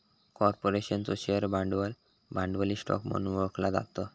कॉर्पोरेशनचो शेअर भांडवल, भांडवली स्टॉक म्हणून ओळखला जाता